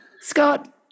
scott